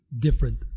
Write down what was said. different